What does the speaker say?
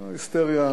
לא היסטריה.